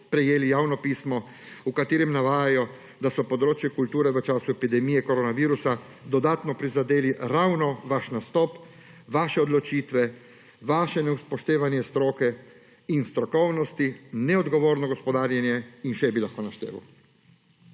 prejeli javno pismo, v katerem navajajo, da so področje kulture v času epidemije korona virusa dodatno prizadeli ravno vaš nastop, vaše odločitve, vaše neupoštevanje stroke in strokovnosti, neodgovorno gospodarjenje in še bi lahko našteval.